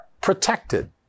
protected